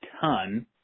ton